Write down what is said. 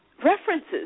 References